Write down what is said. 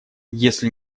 если